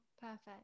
perfect